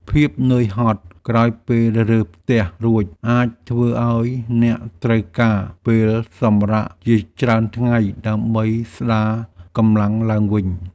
ភាពនឿយហត់ក្រោយពេលរើផ្ទះរួចអាចធ្វើឱ្យអ្នកត្រូវការពេលសម្រាកជាច្រើនថ្ងៃដើម្បីស្ដារកម្លាំងឡើងវិញ។